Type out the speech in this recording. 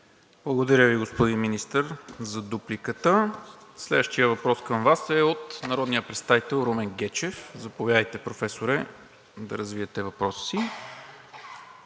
Благодаря Ви, господин Министър, за дупликата. Следващият въпрос към Вас е от народния представител Румен Гечев. Заповядайте, Професоре, да развиете въпроса си.